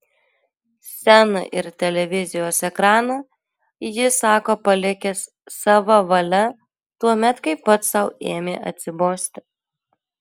sceną ir televizijos ekraną jis sako palikęs sava valia tuomet kai pats sau ėmė atsibosti